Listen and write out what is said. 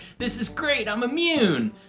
this is great, i'm immune!